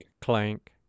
clank